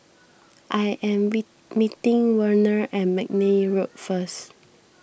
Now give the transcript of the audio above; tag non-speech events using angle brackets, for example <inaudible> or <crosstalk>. I am <unintelligible> meeting Werner at McNair Road first